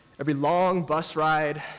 every long bus ride,